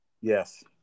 Yes